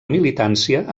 militància